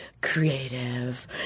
creative